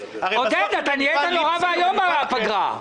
עודד, נהיית נורא ואיום אחרי הפגרה.